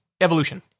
evolution